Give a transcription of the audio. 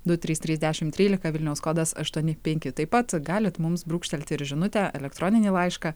du trys trys dešim trylika vilniaus kodas aštuoni penki taip pat galit mums brūkštelti ir žinutę elektroninį laišką